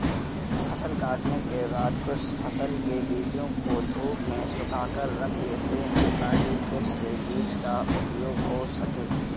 फसल काटने के बाद कुछ फसल के बीजों को धूप में सुखाकर रख लेते हैं ताकि फिर से बीज का उपयोग हो सकें